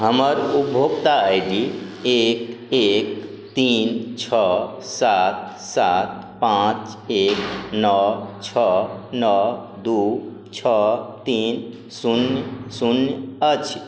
हमर उपभोक्ता I D एक एक तीन छओ सात सात पाँच एक नओ छओ नओ दू छओ तीन शून्य शून्य अछि